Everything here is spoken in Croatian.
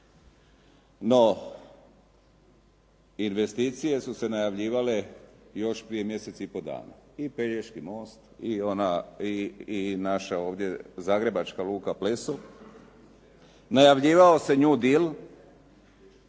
No, investicije su se najavljivale još prije mjesec i pol dana. I Pelješki most i naša ovdje zagrebačka luka Pleso. Najavljivao se "new deal"